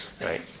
right